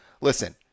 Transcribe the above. listen